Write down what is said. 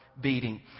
beating